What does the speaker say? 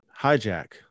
hijack